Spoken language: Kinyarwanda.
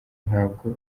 ntabwo